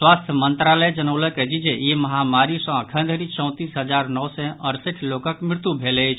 स्वास्थ्य मंत्रालय जनौलक अछि जे ई महामारी सँ अखन धरि चौंतीस हजार नओ सय अड़सठि लोकक मृत्यु भेल अछि